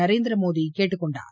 நரேந்திரமோடி கேட்டுக் கொண்டார்